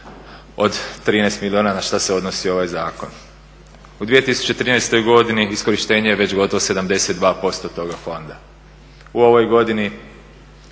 od 13 milijuna na šta se odnosi ovaj zakon. U 2013. godini iskorištenje je već gotovo 72% toga fonda. U ovoj godini